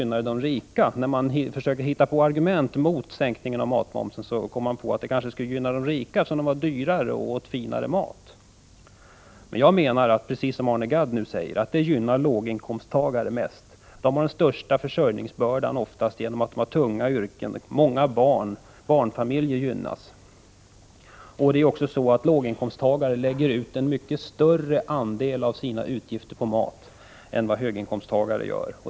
När man försöker hitta på argument mot sänkning av matmomsen, kommer man på att en sådan sänkning skulle gynna de rika, eftersom de äter finare och dyrare mat. Jag menar, precis som Arne Gadd nu säger, att borttagande av matmomsen gynnar låginkomsttagare mest. De har ofta den största försörjningsbördan, tunga yrken och många barn. Låginkomsttagare lägger en mycket större andel av sina utgifter på mat än vad höginkomsttagare gör.